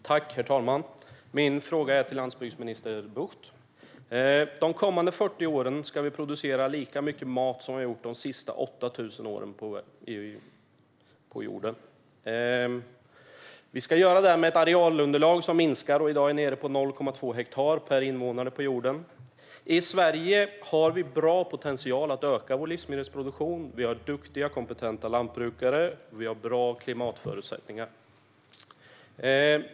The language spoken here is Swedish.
Herr talman! Min fråga är till landsbygdsminister Bucht. De kommande 40 åren ska vi producera lika mycket mat på jorden som vi har gjort de senaste 8 000 åren. Vi ska göra det med ett arealunderlag som minskar och i dag är nere på 0,2 hektar per invånare på jorden. I Sverige har vi bra potential att öka vår livsmedelsproduktion. Vi har duktiga och kompetenta lantbrukare, och vi har bra klimatförutsättningar.